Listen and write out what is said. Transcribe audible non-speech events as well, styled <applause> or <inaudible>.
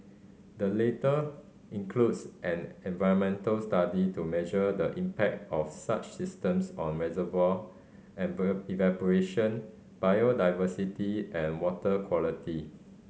the later includes an environmental study to measure the impact of such systems on reservoir <unintelligible> evaporation biodiversity and water quality